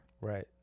Right